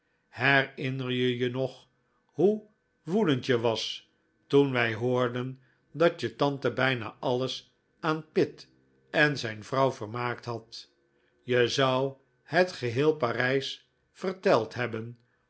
herinner je je nog hoe woedend je was toen wij hoorden dat je tante bijna alles aan pitt en zijn vrouw vermaakt had je zou het geheel parijs verteld hebben